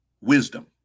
wisdom